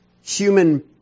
Human